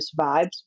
vibes